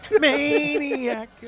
maniac